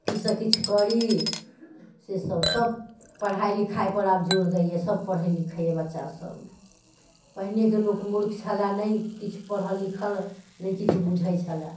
किछ से किछ करी से सब सब पढ़ाइ लिखाइ पर आब जोर दैये सब पढ़य लिखैये बच्चा सब पहिने के लोक मूर्ख छलय नै किछ पढ़ल लिखल नै किछ बूझय छलय